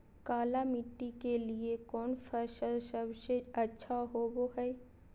काली मिट्टी के लिए कौन फसल सब से अच्छा होबो हाय?